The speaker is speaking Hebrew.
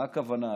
מה הכוונה "אדם"?